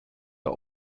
are